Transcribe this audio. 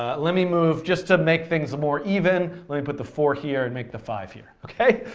ah let me move just to make things more even, let me put the four here and make the five here. okay,